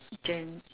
gen